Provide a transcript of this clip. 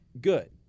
good